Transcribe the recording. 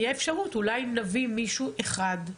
יהיה אפשרות אולי אם נביא מישהו אחד,